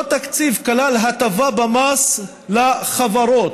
אותו תקציב כלל הטבה במס לחברות,